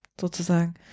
sozusagen